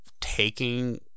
taking